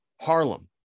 Harlem